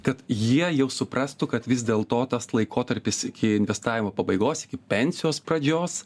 kad jie jau suprastų kad vis dėlto tas laikotarpis iki investavimo pabaigos iki pensijos pradžios